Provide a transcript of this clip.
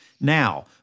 Now